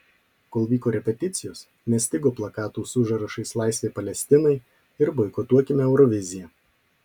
kol vyko repeticijos nestigo plakatų su užrašais laisvė palestinai ir boikotuokime euroviziją